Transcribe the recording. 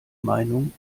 meinung